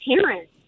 parents